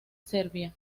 serbia